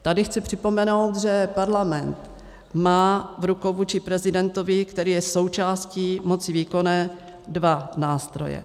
Tady chci připomenout, že Parlament má v rukou vůči prezidentovi, který je součástí moci výkonné, dva nástroje.